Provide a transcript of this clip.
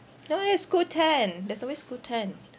another one is Qoo_ten there's always Qoo_ten